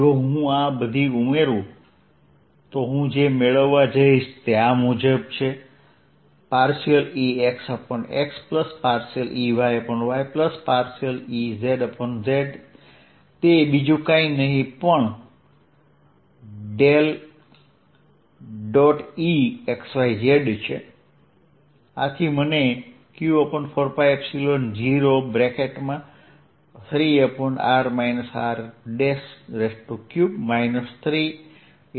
જો હું આ બધું ઉમેરું છું તો હું જે મેળવવા જઇશ તે આ મુજબ છે Ex∂xEy∂yEz∂z તે બીજું કાંઈ નહિ પણ ∇Exyz છે